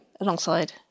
alongside